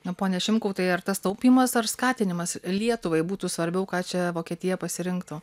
na pone šimkau tai ar tas taupymas ar skatinimas lietuvai būtų svarbiau ką čia vokietija pasirinktų